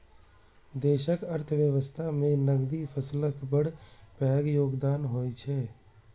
देशक अर्थव्यवस्था मे नकदी फसलक बड़ पैघ योगदान होइ छै